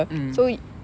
mm